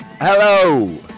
Hello